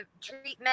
treatment